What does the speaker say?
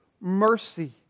mercy